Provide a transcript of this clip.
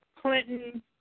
Clinton